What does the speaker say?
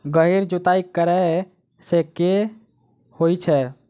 गहिर जुताई करैय सँ की होइ छै?